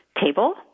table